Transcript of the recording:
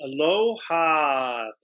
Aloha